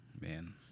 man